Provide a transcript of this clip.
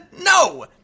no